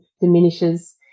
diminishes